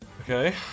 Okay